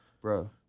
bro